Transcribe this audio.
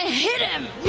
ah hit him.